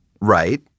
Right